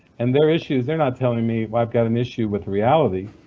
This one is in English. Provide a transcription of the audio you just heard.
and their issues, they're not telling me, i've got an issue with reality.